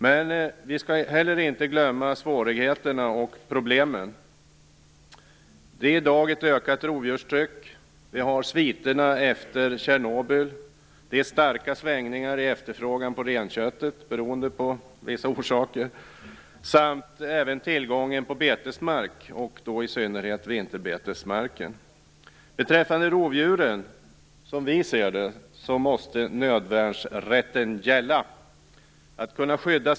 Men vi skall inte heller glömma svårigheterna och problemen. I dag finns det ett ökat rovdjurstryck. Vi har sviterna efter Tjernobyl. Det är starka svängningar i efterfrågan på renköttet beroende på vissa orsaker. Dessutom är tillgången på betesmark, och då i synnerhet vinterbetesmark, ett problem. Beträffande rovdjuren anser vi att nödvärnsrätten måste gälla.